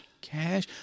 cash